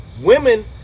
women